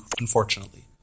unfortunately